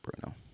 Bruno